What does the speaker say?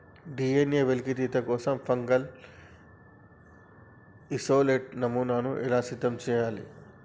DNA వెలికితీత కోసం fungal isolate నమూనాను ఎలా సిద్ధం చెయ్యాలి?